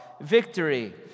victory